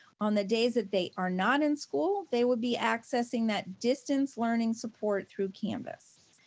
on the days that they are not in school, they will be accessing that distance learning support through canvas.